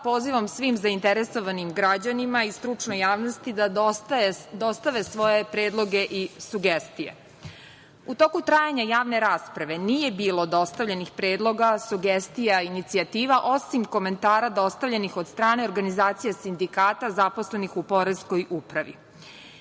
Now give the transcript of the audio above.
pozivom svim zainteresovanim građanima i stručnoj javnosti da dostave svoje predloge i sugestije. U toku trajanja javne rasprave nije bilo dostavljenih predloga, sugestija, inicijativa, osim komentara dostavljenih od strane organizacije sindikata zaposlenih u poreskoj upravi.